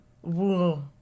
Whoa